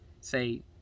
say